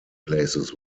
places